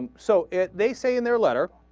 so it they say in their letter